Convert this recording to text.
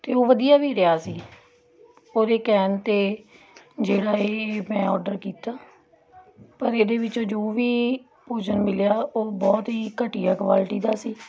ਅਤੇ ਉਹ ਵਧੀਆ ਵੀ ਰਿਹਾ ਸੀ ਉਹਦੇ ਕਹਿਣ 'ਤੇ ਜਿਹੜਾ ਇਹ ਮੈਂ ਔਡਰ ਕੀਤਾ ਪਰ ਇਹਦੇ ਵਿੱਚੋਂ ਜੋ ਵੀ ਭੋਜਨ ਮਿਲਿਆ ਉਹ ਬਹੁਤ ਹੀ ਘਟੀਆ ਕੁਆਲਿਟੀ ਦਾ ਸੀ